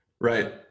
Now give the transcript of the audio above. right